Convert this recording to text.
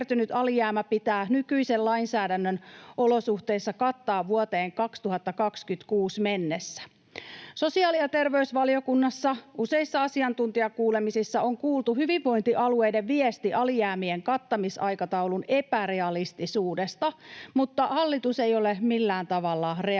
alijäämä pitää nykyisen lainsäädännön olosuhteissa kattaa vuoteen 2026 mennessä. Sosiaali- ja terveysvaliokunnassa useissa asiantuntijakuulemisissa on kuultu hyvinvointialueiden viesti alijäämien kattamisaikataulun epärealistisuudesta, mutta hallitus ei ole millään tavalla reagoinut